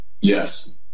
Yes